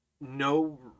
no